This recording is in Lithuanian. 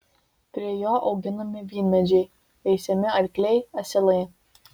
prie jo auginami vynmedžiai veisiami arkliai asilai